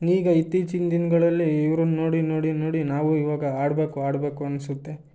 ಈಗ ಇತ್ತೀಚಿನ ದಿನಗಳಲ್ಲಿ ಇವ್ರನ್ನ ನೋಡಿ ನೋಡಿ ನೋಡಿ ನಾವು ಇವಾಗ ಆಡಬೇಕು ಆಡಬೇಕು ಅನ್ನಿಸುತ್ತೆ